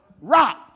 Rock